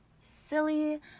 silly